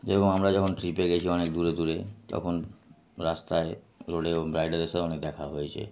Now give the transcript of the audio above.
যে আমরা যখন ট্রিপে গেছি অনেক দূরে দূরে তখন রাস্তায় রোডে এবং রাইডার এসেও অনেক দেখা হয়েছে